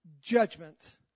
judgment